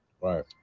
right